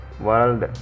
world